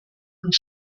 und